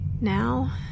Now